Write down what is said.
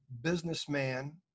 businessman